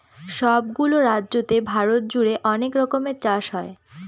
সব গুলো রাজ্যতে ভারত জুড়ে অনেক রকমের চাষ হয়